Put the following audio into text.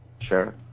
Sure